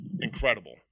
incredible